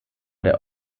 der